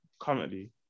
currently